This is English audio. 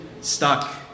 stuck